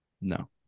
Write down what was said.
No